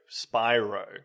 Spyro